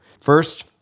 First